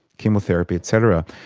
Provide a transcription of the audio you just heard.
chemotherapy et cetera.